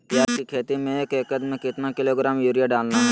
प्याज की खेती में एक एकद में कितना किलोग्राम यूरिया डालना है?